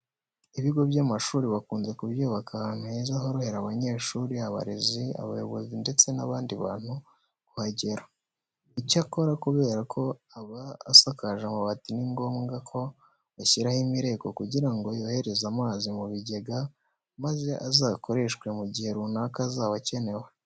Ibigo by'amashuri bakunze kubyubaka ahantu heza horohera abanyeshuri, abarezi, abayobozi ndetse n'abandi bantu kuhagera. Icyakora kubera ko aba asakaje amabati ni ngombwa ko bashyiraho imireko kugira ngo yohereze amazi mu bigega maze azakoreshwe mu gihe runaka azaba akenewe.